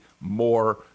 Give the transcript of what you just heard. more